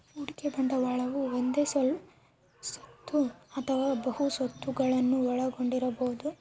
ಹೂಡಿಕೆ ಬಂಡವಾಳವು ಒಂದೇ ಸ್ವತ್ತು ಅಥವಾ ಬಹು ಸ್ವತ್ತುಗುಳ್ನ ಒಳಗೊಂಡಿರಬೊದು